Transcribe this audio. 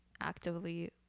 actively